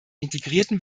integrierten